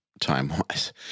time-wise